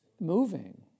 moving